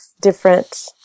different